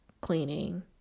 cleaning